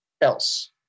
else